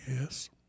Yes